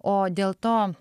o dėl to